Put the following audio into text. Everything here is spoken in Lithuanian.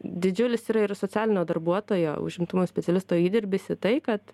didžiulis yra ir socialinio darbuotojo užimtumo specialisto įdirbis į tai kad